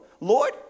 Lord